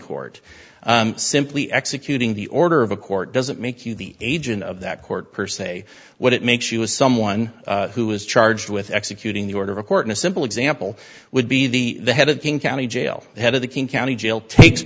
court simply executing the order of a court doesn't make you the agent of that court per se what it makes you is someone who is charged with executing the order of a court in a simple example would be the head of king county jail head of the king county jail takes